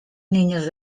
niños